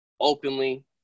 openly